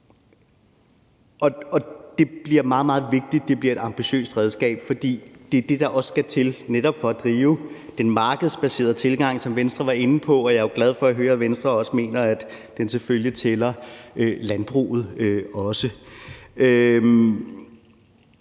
Det er meget vigtigt, at det bliver et ambitiøst redskab, for det er også det, der skal til for netop at drive den markedsbaserede tilgang, som Venstre var inde på. Og jeg er jo glad for at høre, at Venstre også mener, at den selvfølgelig også tæller landbruget med.